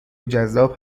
جذاب